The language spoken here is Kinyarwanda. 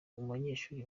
banyeshuri